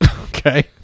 Okay